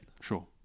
sure